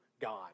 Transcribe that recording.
God